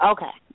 Okay